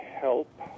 help